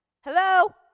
hello